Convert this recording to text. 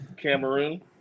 Cameroon